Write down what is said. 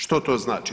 Što to znači?